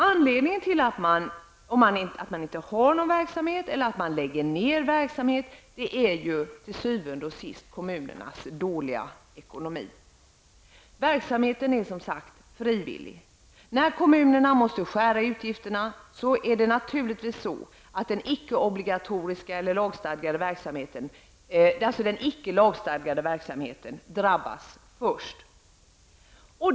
Anledningen till att man inte har någon verksamhet eller att man lägger ned verksamhet är till syvende och sist kommunernas dåliga ekonomi. Verksamheten är som sagt frivillig. När kommunerna måste skära i utgifterna drabbas naturligtivs den icke obligatoriska eller icke lagstadgade verksamheten först.